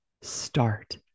start